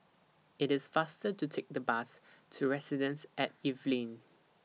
IT IS faster to Take The Bus to Residences At Evelyn